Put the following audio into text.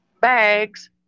bags